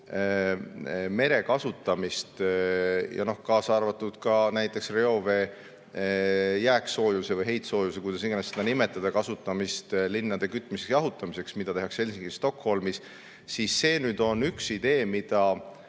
mere kasutamist, kaasa arvatud ka näiteks reovee jääksoojuse või heitsoojuse, kuidas iganes seda nimetada, kasutamist linnade kütmiseks ja jahutamiseks, nagu tehakse Helsingis ja Stockholmis, siis see on üks idee, mida